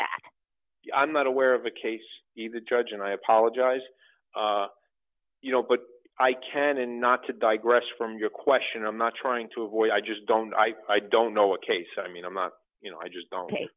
that i'm not aware of the case in the judge and i apologize you know but i can and not to digress from your question i'm not trying to avoid i just don't i i don't know what case i mean i'm not you know i just don't